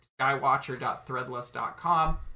skywatcher.threadless.com